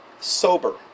sober